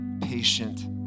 patient